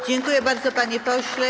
Dziękuję bardzo, panie pośle.